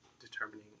determining